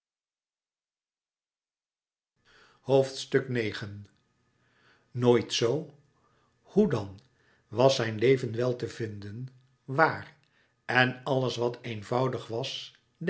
nooit zoo hoe dàn wàs zijn leven wel te vinden waar en alles wat eenvoudig was